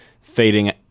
fading